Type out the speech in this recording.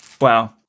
Wow